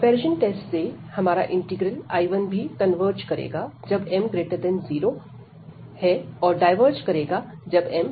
comparison test से हमारा integral I1 भी कन्वर्ज करेगा जब m0 और डायवर्ज करेगा जब m≤0